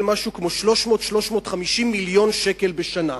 משהו כמו 300 350 מיליון שקל בשנה,